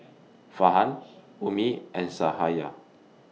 Farhan Ummi and Sahaya